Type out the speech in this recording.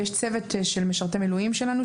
ויש צוות של משרתי מילואים שלנו,